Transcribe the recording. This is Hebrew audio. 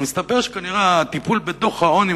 אבל מסתבר שכנראה הטיפול בדוח העוני